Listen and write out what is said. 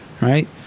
right